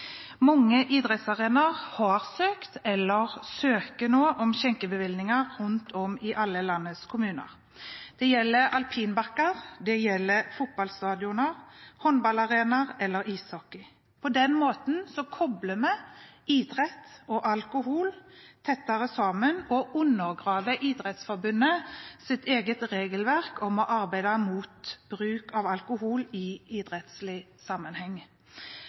Mange idrettsarenaer har søkt eller søker nå om skjenkebevillinger rundt om i alle landets kommuner. Det gjelder alpinbakker, det gjelder fotballstadioner og håndball- eller ishockeyarenaer. På denne måten kobler man idrett og alkohol tettere sammen og undergraver Idrettsforbundets eget regelverk om å arbeide mot bruk av alkohol i idrettslig sammenheng.